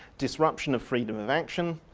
disruption of freedom of action,